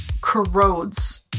corrodes